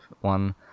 one